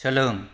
सोलों